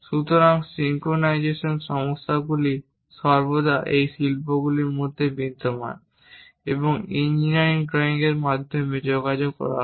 সুতরাং সিঙ্ক্রোনাইজেশন সমস্যাগুলি সর্বদা এই শিল্পগুলির মধ্যে বিদ্যমান এবং ইঞ্জিনিয়ারিং ড্রয়িং এর মাধ্যমে যোগাযোগ করা হয়